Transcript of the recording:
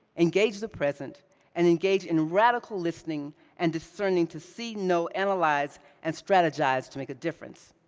engage the present and engage in radical listening and discerning to see, know, analyze and strategize to make a difference.